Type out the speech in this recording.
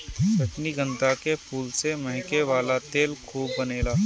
रजनीगंधा के फूल से महके वाला तेल खूब बनेला